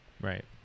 right